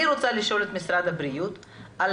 אני רוצה לשאול את משרד הבריאות על